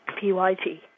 P-Y-T